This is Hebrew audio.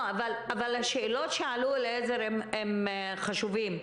אבל השאלות שעלו, אליעזר, הן חשובות.